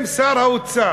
אם את שר האוצר